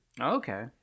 Okay